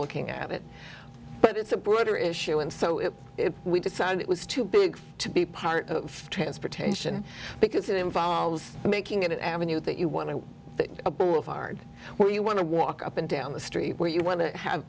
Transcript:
looking at it but it's a broader issue and so if we decided it was too big to be part of transportation because it involves making it an avenue that you want to a brutal fard where you want to walk up and down the street where you want to have